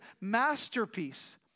masterpiece